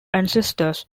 ancestors